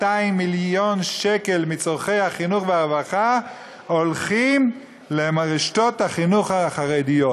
מיליון שקל מצורכי החינוך והרווחה הולכים לרשתות החינוך החרדיות,